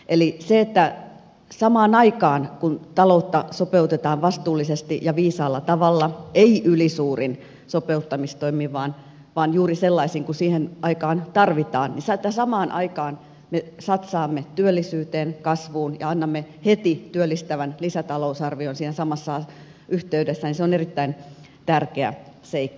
eli se että samaan aikaan kun taloutta sopeutetaan vastuullisesti ja viisaalla tavalla ei ylisuurin sopeuttamistoimin vaan juuri sellaisin kuin mitä siihen aikaan tarvitaan me satsaamme työllisyyteen kasvuun ja annamme heti työllistävän lisätalousarvion siinä samassa yhteydessä on erittäin tärkeä seikka